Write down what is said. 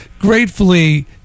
gratefully